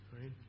right